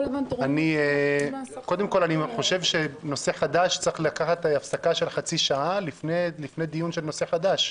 אני חושב שצריך לקחת הפסקה של חצי שעה לפני דיון של נושא חדש.